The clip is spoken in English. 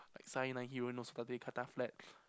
like